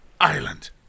island